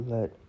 Let